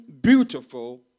beautiful